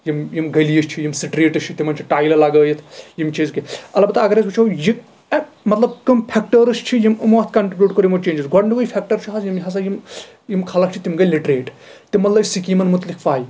یِم یِم گٔلیہِ چھِ یِم سِٹریٖٹٕس چھِ تِمن چھِ ٹایلہٕ لَگٲیِتھ یِم چھِ أزکہِ اَلبتہ اَگر أسۍ وُچھو یہِ مطلب کٔمۍ فیکٹٲرٕس چھِ یِمو اَتھ کنٛٹربیوٗٹ کوٚر یِمو جینٛجٕز گۄڈٕنِکُے فیکٹر چھُ حظ یِم ہسا یِم خلق چھِ تِم گٔیے لِٹریٹ تِمن لٔج سِکیٖمن مُتعلِق پاے